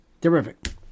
Terrific